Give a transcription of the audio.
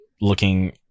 looking